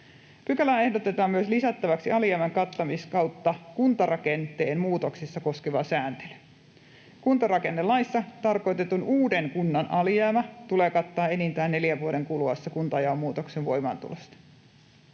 Pykälään ehdotetaan myös lisättäväksi alijäämän kattamiskautta kuntarakenteen muutoksissa koskeva sääntely. Kuntarakennelaissa tarkoitetun uuden kunnan alijäämä tulee kattaa enintään neljän vuoden kuluessa kuntajaon muutoksen voimaantulosta.